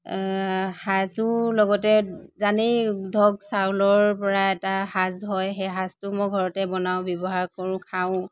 সাঁজো লগতে জানেই ধৰক চাউলৰ পৰা এটা সাঁজ হয় সেই সাঁজটো মই ঘৰতে বনাওঁ ব্যৱহাৰ কৰোঁ খাওঁ ও